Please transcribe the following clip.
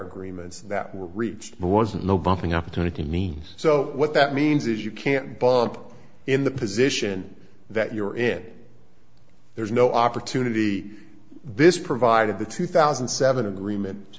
agreements that were reached but wasn't no bumping opportunity means so what that means is you can't bump in the position that you were in there's no opportunity this provided the two thousand and seven agreement